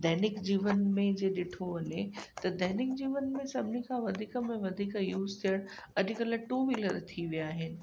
दैनिक जीवन में जीअं ॾिठो वञे त दैनिक जीवन में सभिनी खां वधीक में वधीक यूज़ थे अॼुकल्ह टू व्हीलर थी विया आहिनि